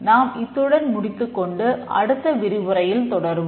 நாம் இத்துடன் முடித்துக் கொண்டு அடுத்த விரிவுரையில் தொடர்வோம்